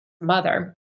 mother